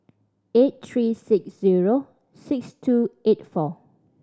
eight three six zero six two eight four